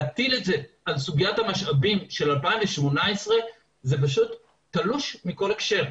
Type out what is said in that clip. להטיל את זה על סוגיית המשאבים של 2018 זה פשוט תלוש מכל הקשר.